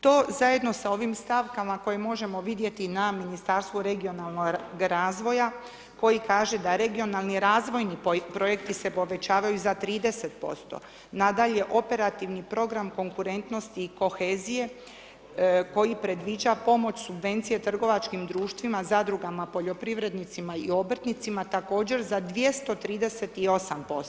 To zajedno sa ovim stavkama koje možemo vidjeti na Ministarstvu regionalnoga razvoja koja kaže da regionalni razvojni projekti se povećavaju za 30%, nadalje Operativni program konkurentnosti kohezije koji predviđa pomoć subvencije trgovačkim društvima, zadruga, poljoprivrednicima i obrtnicima također za 238%